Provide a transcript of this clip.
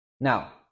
Now